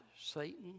Satan